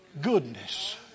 goodness